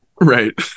Right